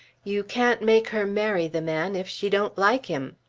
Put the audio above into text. you can't make her marry the man if she don't like him.